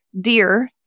Dear